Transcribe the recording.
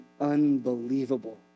unbelievable